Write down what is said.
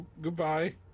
Goodbye